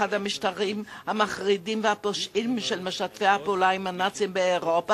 אחד המשטרים המחרידים והפושעים של משתפי הפעולה עם הנאצים באירופה